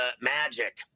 Magic